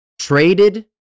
traded